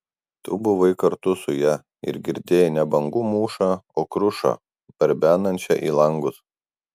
tu buvai kartu su ja ir girdėjai ne bangų mūšą o krušą barbenančią į langus